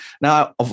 Now